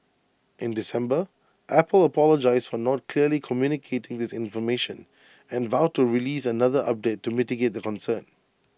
in December Apple apologised for not clearly communicating this information and vowed to release another update to mitigate the concern